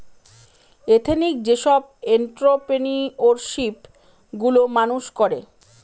ethnic যেসব entrepreneurship গুলো মানুষ করে